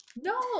No